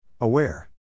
Aware